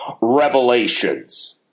Revelations